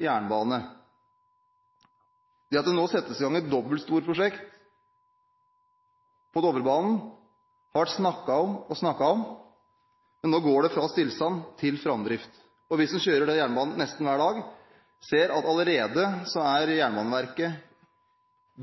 jernbane. Det å sette i gang et dobbeltsporprosjekt på Dovrebanen har det vært snakket om og snakket om – men nå går det fra stillstand til framdrift, og vi som kjører den jernbanen nesten hver dag, ser at Jernbaneverket allerede er